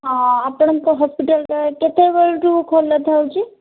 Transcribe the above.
ହଁ ଆପଣଙ୍କ ହସ୍ପିଟାଲ୍ଟା କେତେ ବେଳଠୁ ଖୋଲା ଥାଉଛି